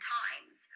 times